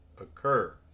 occur